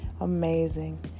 Amazing